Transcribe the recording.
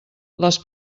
les